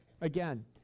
again